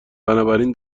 بنابراین